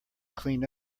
clean